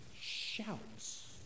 shouts